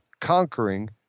conquering